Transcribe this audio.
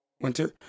winter